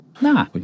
Nah